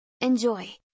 Enjoy